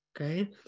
okay